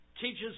teaches